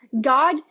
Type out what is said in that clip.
God